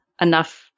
enough